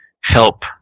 help